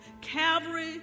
Calvary